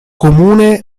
comune